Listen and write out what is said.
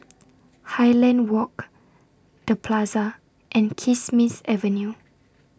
Highland Walk The Plaza and Kismis Avenue